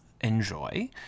enjoy